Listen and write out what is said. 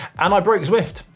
and i broke zwift.